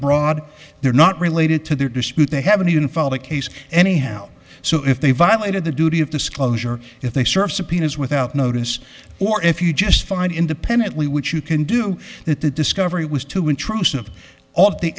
broad they're not related to their dispute they haven't even filed a case anyhow so if they violated the duty of disclosure if they serve subpoenas without notice or if you just find independently which you can do that the discovery was too intrusive all of the